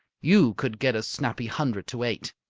you could get a snappy hundred to eight.